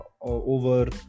over